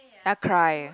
then I cry eh